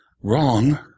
wrong